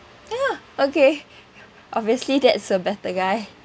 ya okay obviously that's a better guy